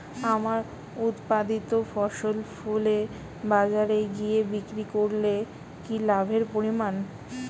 আমার উৎপাদিত ফসল ফলে বাজারে গিয়ে বিক্রি করলে কি লাভের পরিমাণ?